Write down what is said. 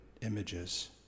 images